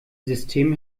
system